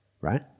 right